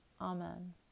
Amen